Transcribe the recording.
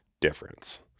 difference